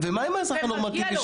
ומגיע לו.